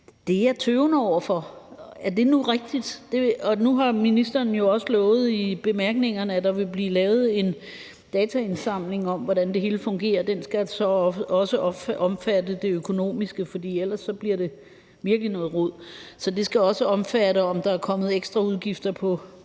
Det er jeg tøvende over for. Er det nu rigtigt? Nu har ministeren jo også lovet i bemærkningerne til lovforslaget, at der vil blive lavet en dataindsamling om, hvordan det hele fungerer, og den skal så også omfatte det økonomiske, for ellers bliver det virkelig noget rod. Den skal så også omfatte, om der er kommet ekstra udgifter eller